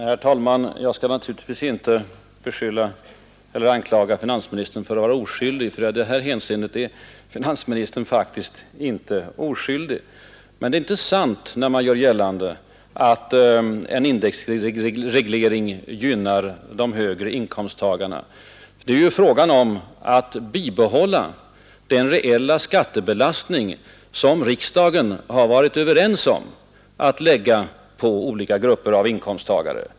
Herr talman! Jag skall inte anklaga finansministern för att vara oskyldig; i detta fall är han faktiskt inte oskyldig. Men det är intressant när det görs gällande att en indexreglering gynnar de högre inkomsttagarna. Det är ju fråga om att bibehålla den reella skattebelastning som riksdagen har varit överens om att lägga på olika grupper av inkomsttagare.